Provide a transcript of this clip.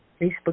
Facebook